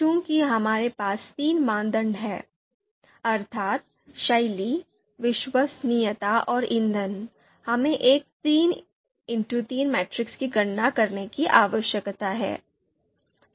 चूंकि हमारे पास तीन मानदंड हैं अर्थात् शैली विश्वसनीयता और ईंधन हमें एक 3x3 मैट्रिक्स की गणना करने की आवश्यकता है